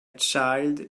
child